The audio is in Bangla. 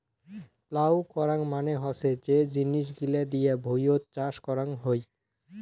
প্লাউ করাং মানে হসে যে জিনিস গিলা দিয়ে ভুঁইয়ত চাষ করং হই